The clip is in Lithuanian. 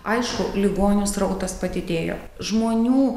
aišku ligonių srautas padidėjo žmonių